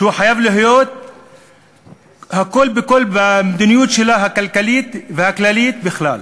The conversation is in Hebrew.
שחייב להיות בו הכול בכול מבחינת המדיניות שלה הכלכלית והכללית בכלל.